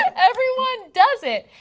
everyone does it.